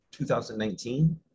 2019